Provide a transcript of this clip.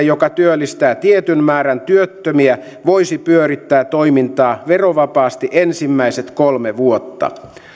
joka työllistää tietyn määrän työttömiä voisi pyörittää toimintaa verovapaasti ensimmäiset kolme vuotta